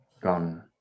gone